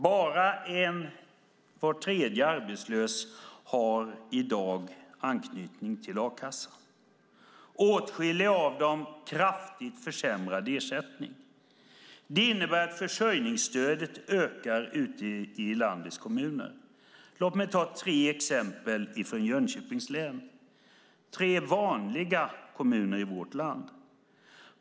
Bara var tredje arbetslös har i dag anknytning till a-kassan. Åtskilliga av dem har kraftigt försämrad ersättning. Det innebär att försörjningsstödet ökar ute i landets kommuner. Låt mig ta tre exempel från Jönköpings län. Det är tre vanliga kommuner i vårt land.